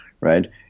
right